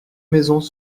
maisons